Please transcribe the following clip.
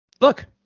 Look